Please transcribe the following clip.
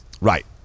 Right